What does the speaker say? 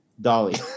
Dolly